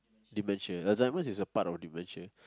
dementia Alzheimer's is a part of dementia